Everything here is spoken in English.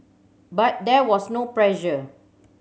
but there was no pressure